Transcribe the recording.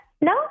No